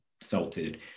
salted